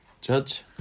Judge